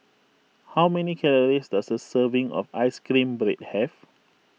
how many calories does a serving of Ice Cream Bread have